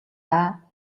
даа